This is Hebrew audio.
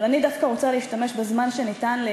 אבל אני דווקא רוצה להשתמש בזמן שניתן לי